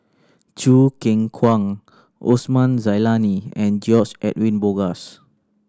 Choo Keng Kwang Osman Zailani and George Edwin Bogaars